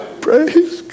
Praise